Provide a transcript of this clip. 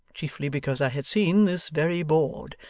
chiefly because i had seen this very board.